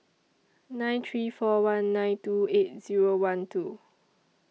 nine three four one nine two eight Zero one two